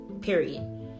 Period